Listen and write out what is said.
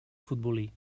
futbolí